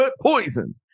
Poison